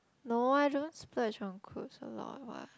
no I don't splurge on clothes a lot what